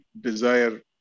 desire